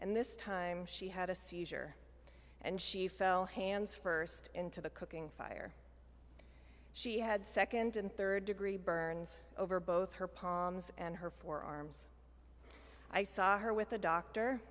and this time she had a seizure and she fell hands first into the cooking fire she had second and third degree burns over both her palms and her forearms i saw her with the doctor